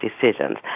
decisions